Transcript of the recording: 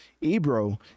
Ebro